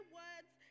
words